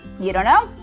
you don't know,